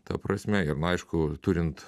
ta prasme ir na aišku turint